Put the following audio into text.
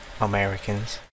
americans